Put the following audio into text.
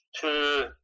two